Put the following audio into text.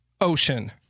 ocean